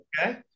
Okay